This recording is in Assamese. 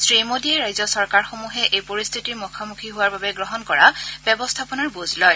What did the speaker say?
শ্ৰীমোদীয়ে ৰাজ্য চৰকাৰ সমূহে এই পৰিস্থিতিৰ মুখামুখি হোৱাৰ বাবে গ্ৰহণ কৰা ব্যৱস্থাপনাৰ বুজ লয়